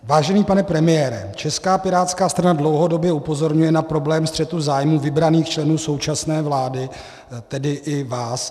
Vážený pane premiére, Česká pirátská strana dlouhodobě upozorňuje na problém střetu zájmů vybraných členů současné vlády, tedy i vás.